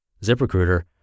ZipRecruiter